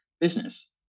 business